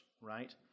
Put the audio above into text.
right